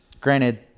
granted